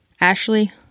Ashley